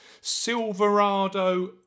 Silverado